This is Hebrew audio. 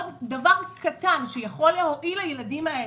עוד דבר קטן שיכול להועיל לילדים האלה,